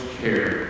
care